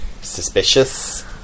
suspicious